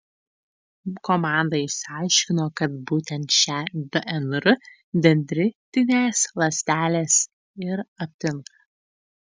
komanda išsiaiškino kad būtent šią dnr dendritinės ląstelės ir aptinka